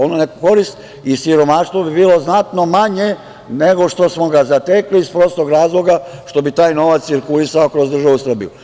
Ona neka korist i siromaštvo bi bilo znatno manje nego što smo zatekli iz prostog razloga što bi taj novac cirkulisao kroz državu Srbiju.